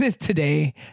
today